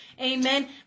Amen